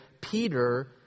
Peter